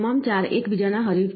તમામ 4 એકબીજાના હરીફ છે